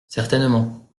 certainement